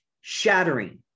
shattering